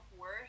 worth